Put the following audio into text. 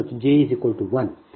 ಮತ್ತು Z b Z 31 0